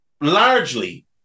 largely